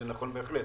זה נכון בהחלט.